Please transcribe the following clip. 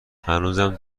هنوزم